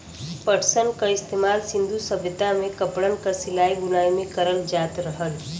पटसन क इस्तेमाल सिन्धु सभ्यता में कपड़न क सिलाई बुनाई में करल जात रहल